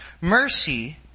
Mercy